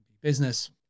business